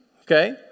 okay